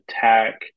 Tech